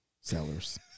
sellers